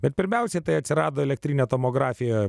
bet pirmiausia tai atsirado elektrinę tomografiją